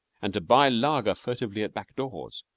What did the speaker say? and to buy lager furtively at back-doors,